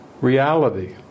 reality